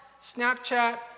Snapchat